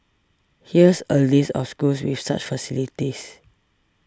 here's a list of schools with such facilities